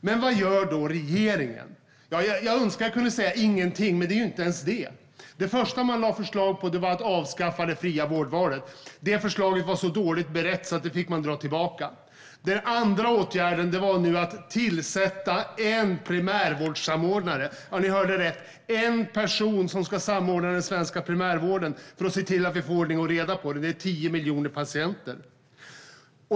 Men vad gör då regeringen? Jag önskar att jag kunde säga ingenting, men den gör inte ens det. Det första förslag som lades fram handlade om att avskaffa det fria vårdvalet. Det förslaget var så dåligt berett att det fick dras tillbaka. Den andra åtgärden var att tillsätta en primärvårdssamordnare. Ja, ni hörde rätt: en person som ska samordna den svenska primärvården och se till att vi får ordning och reda. Det rör sig om 10 miljoner patienter.